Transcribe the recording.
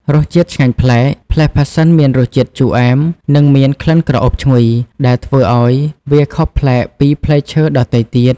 រសជាតិឆ្ងាញ់ប្លែក ផ្លែផាសសិនមានរសជាតិ ជូរអែម និងមាន ក្លិនក្រអូបឈ្ងុយ ដែលធ្វើឱ្យវាខុសប្លែកពីផ្លែឈើដទៃទៀត។